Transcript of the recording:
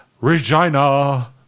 Regina